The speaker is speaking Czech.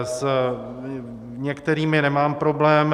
S některými nemám problém.